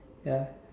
ya